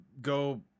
go